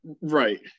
Right